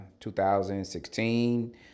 2016